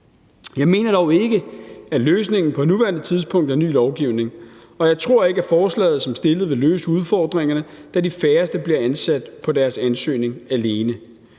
Jeg mener dog ikke, at løsningen på nuværende tidspunkt er ny lovgivning, og jeg tror ikke, at forslaget som fremsat vil løse udfordringerne, da de færreste bliver ansat på deres ansøgning alene.